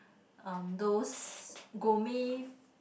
uh those gourmet